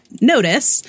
notice